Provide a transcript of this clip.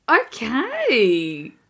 Okay